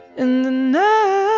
in the night